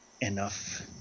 enough